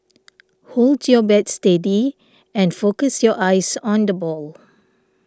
hold your bat steady and focus your eyes on the ball